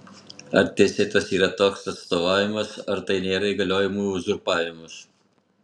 ar teisėtas yra toks atstovavimas ar tai nėra įgaliojimų uzurpavimas